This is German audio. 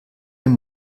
den